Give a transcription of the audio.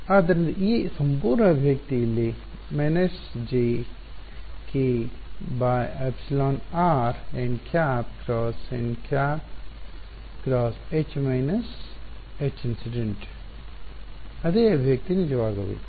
ಆದ್ದರಿಂದ ಈ ಸಂಪೂರ್ಣ ಅಭಿವ್ಯಕ್ತಿ ಇಲ್ಲಿ − jkεr nˆ × nˆ × H − Hinc ಅದೇ ಅಭಿವ್ಯಕ್ತಿ ನಿಜವಾಗಬೇಕು